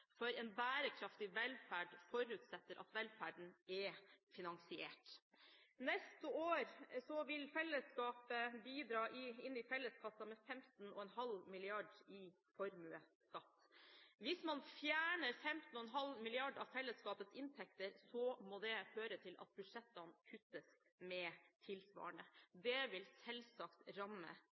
for en bærekraftig velferd forutsetter at velferden er finansiert. Neste år vil fellesskapet bidra med 15,5 mrd. kr i formuesskatt inn i felleskassen. Hvis man fjerner 15,5 mrd. kr av fellesskapets inntekter, må det føre til at budsjettene kuttes tilsvarende. Det vil selvsagt ramme